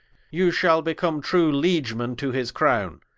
you shall become true liegemen to his crowne.